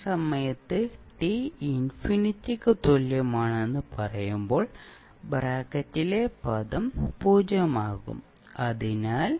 ആ സമയത്ത് t ഇൻഫിനിറ്റിക്ക് തുല്യമാണെന്ന് പറയുമ്പോൾ ബ്രാക്കറ്റിലെ പദം 0 ആകും അതിനാൽ